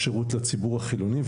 שירות לציבור החילוני,